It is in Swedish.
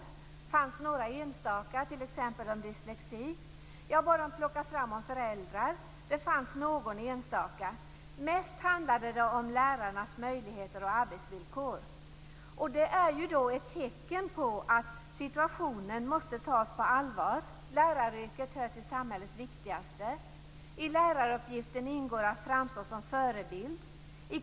Det fanns några enstaka, t.ex. om dyslexi. Jag bad dem plocka fram artiklar om föräldrar. Det fanns någon enstaka. Mest handlade det om lärarnas möjligheter och arbetsvillkor. Detta är ett tecken på att situationen måste tas på allvar. Läraryrket hör till samhällets viktigaste. I läraruppgiften ingår att framstå som förebild.